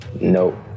Nope